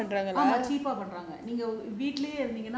நீங்க வந்தீங்கன்னா ஆமா:neenga vantheenganaa aama cheap ah பண்றாங்க:pandraanga